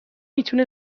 میتونه